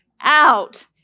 out